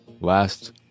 last